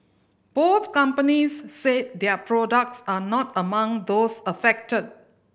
both companies said their products are not among those affected